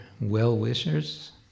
well-wishers